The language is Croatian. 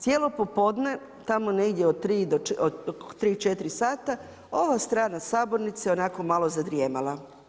Cijelo popodne tamo negdje od 3, 4 sata ova strana sabornice onako je malo zadrijemala.